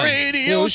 Radio